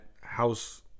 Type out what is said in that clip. house